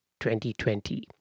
2020